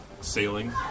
Sailing